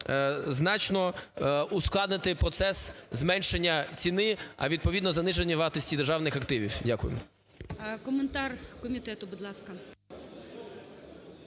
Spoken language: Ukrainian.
значно ускладнити процес зменшення ціни, а відповідно заниження вартості державних активів. Дякую.